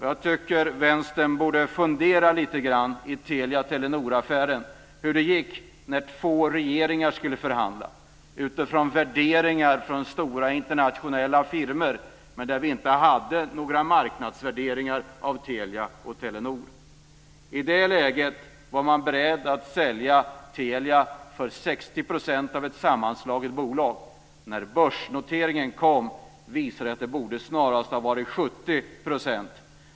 Jag tycker att Vänstern borde fundera lite grann hur det gick i Telia-Telenoraffären när två regeringar skulle förhandla utifrån värderingar från stora internationella firmor, men där det inte fanns några marknadsvärderingar av Telia och Telenor. I det läget var man beredd att sälja Telia för 60 % av värdet. När börsnoteringen kom visade det sig att det borde snarare ha varit 70 %.